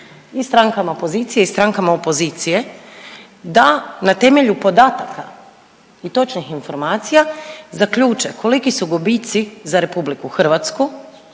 i strankama pozicije i strankama opozicije da na temelju podataka i točnih informacija zaključe koliki su gubici za RH, dakle